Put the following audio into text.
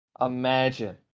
Imagine